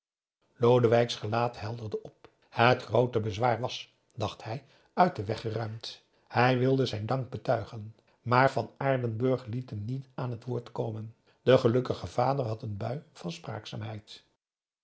lodewijk's gelaat helderde op het groote bezwaar was dacht hij uit den weg geruimd hij wilde zijn dank betuigen maar van aardenburg liet hem niet aan het woord komen de gelukkige vader had een bui van